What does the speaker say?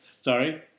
Sorry